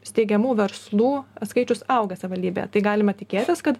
steigiamų verslų skaičius auga savivaldybėje tai galime tikėtis kad